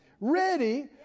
ready